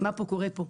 מה פה קורה פה?